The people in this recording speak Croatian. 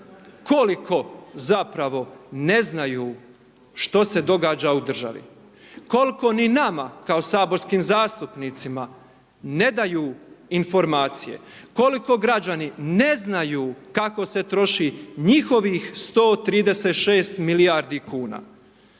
koliko zapravo ne znaju što se događa u državi, koliko ni nama kao saborskim zastupnicima ne daju informacije, koliko građani ne znaju kako se troši njihovih 136 milijardi kuna.